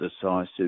decisive